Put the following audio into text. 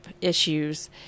issues